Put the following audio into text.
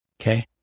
Okay